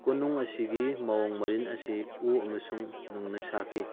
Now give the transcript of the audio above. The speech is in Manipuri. ꯀꯣꯅꯨꯡ ꯑꯁꯤꯒꯤ ꯃꯑꯣꯡ ꯃꯔꯤꯟ ꯑꯁꯤ ꯎ ꯑꯃꯁꯨꯡ ꯅꯨꯡꯅ ꯁꯥꯈꯤ